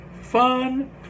fun